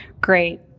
great